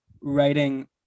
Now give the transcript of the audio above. writing